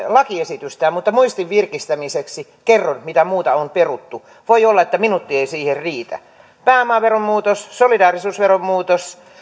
lakiesitystään mutta muistin virkistämiseksi kerron mitä muuta on peruttu voi olla että minuutti ei siihen riitä pääomaveron muutos solidaarisuusveron muutos